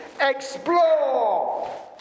Explore